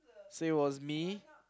so it was me